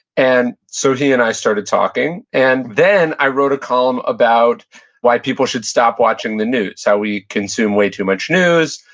and so he and i started talking. and then i wrote a column about why people should stop watching the news, how we consume way too much news,